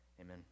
Amen